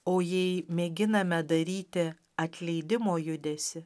o jei mėginame daryti atleidimo judesį